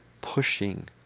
pushing